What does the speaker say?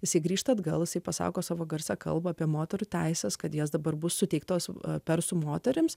sugrįžti atgal jisai pasako savo garsią kalbą apie moterų teises kad jos dabar bus suteiktos persų moterims